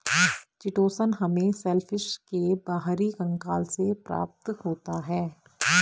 chitosan हमें shellfish के बाहरी कंकाल से प्राप्त होता है